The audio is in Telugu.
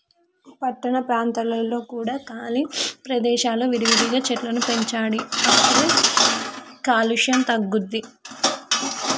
పట్టణ ప్రాంతాలలో కూడా ఖాళీ ప్రదేశాలలో విరివిగా చెట్లను పెంచాలి గప్పుడే కాలుష్యం తగ్గుద్ది